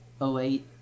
08